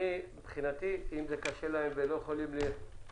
אם קשה להם והם לא יכולים לשמור,